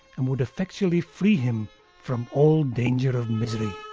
and would effectually free him from all danger of misery.